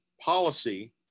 policy